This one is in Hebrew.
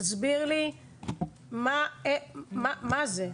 תסביר לי מה זה.